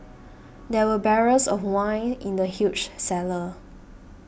there were barrels of wine in the huge cellar